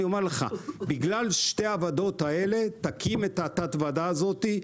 בגלל שתי הוועדות האלה תקים את תת הוועדה הזאת.